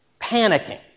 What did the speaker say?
panicking